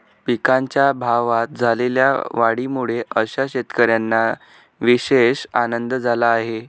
पिकांच्या भावात झालेल्या वाढीमुळे अशा शेतकऱ्यांना विशेष आनंद झाला आहे